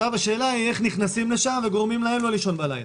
השאלה היא איך נכנסים לשם וגורמים להם לא לישון בלילה?